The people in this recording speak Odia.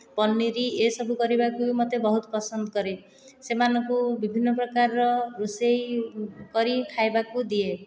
ପନିର୍ ଏସବୁ କରିବାକୁ ବି ମୋତେ ବହୁତ ପସନ୍ଦ କରେ ସେମାନଙ୍କୁ ବିଭିନ୍ନ ପ୍ରକାରର ରୋଷେଇ କରି ଖାଇବାକୁ ଦିଏ